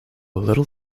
little